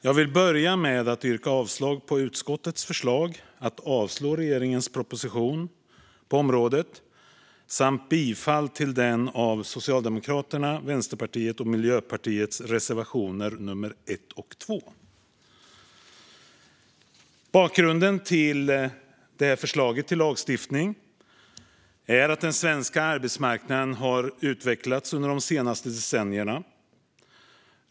Jag vill börja med att yrka avslag på utskottets förslag att avslå regeringens proposition på området och yrka bifall till Socialdemokraternas, Vänsterpartiets och Miljöpartiets reservationer, nr 1 och 2. Bakgrunden till regeringens förslag till lagstiftning är att den svenska arbetsmarknaden har utvecklats under de senaste decennierna.